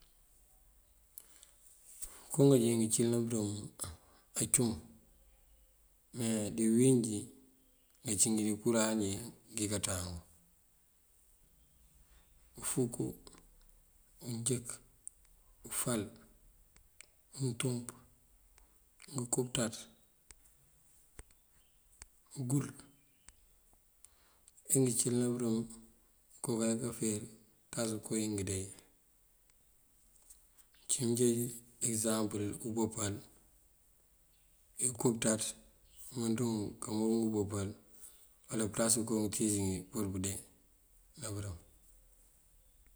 Ngënko nganjee ngëncëlëna bërëm acum mee dí bíwínjí ací ngí bënkuráar njí dí kanţáam: ufúkú, unjënk, ufál, untúmp, ngënko pëţaţ, ungul ee ngëcëlëna bërëm ngonko kayá kafer kanţas koo ngëndee. Uncí mënjeej ekëzampël umboopal ee ngënko pëţaţ ngëmënţú ngun kamoobun ngëboopal uwala pënţas ngënko ngëntíis ngí pur pëndee na bërëm.